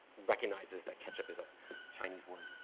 recognizes that ketchup is a chinese word.